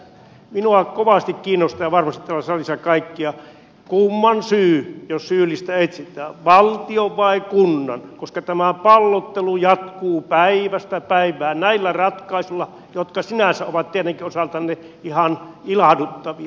minua kovasti kiinnostaa ja varmasti täällä salissa kaikkia kumman syy jos syyllistä etsitään valtion vai kunnan koska tämä pallottelu jatkuu päivästä päivään näillä ratkaisuilla jotka sinänsä ovat tietenkin osaltanne ihan ilahduttavia